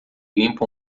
limpa